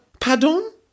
Pardon